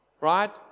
Right